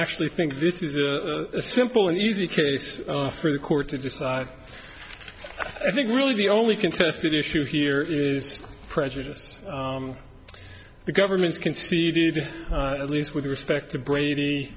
actually think this is a simple and easy case for the court to decide i think really the only contested issue here is prejudice the government's conceded at least with respect to brady